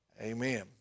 Amen